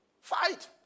Fight